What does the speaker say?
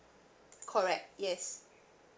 correct yes